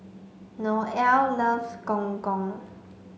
Noelle loves gong gong